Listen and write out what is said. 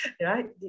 Right